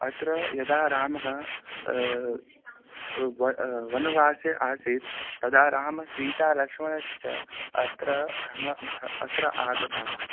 अत्र यदा रामः वनवासे आसीत् तदा रामसीतालक्ष्मणाश्च अत्र भ्रमणं भ्रम अत्र आगताः